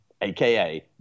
aka